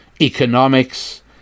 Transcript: economics